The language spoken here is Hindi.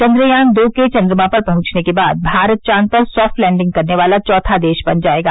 चंद्रयान दो के चन्द्रमा पर पहंचने के बाद भारत चांद पर सॉफ्ट लैंडिंग करने वाला चौथा देश बन जाएगा